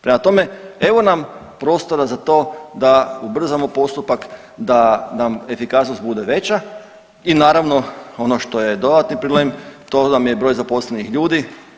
Prema tome evo nam prostora za to da ubrzano postupak, da nam efikasnost bude veća i naravno ono što je dodatni problem to vam je broj zaposlenih ljudi.